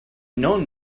known